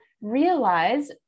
realize